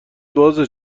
بازه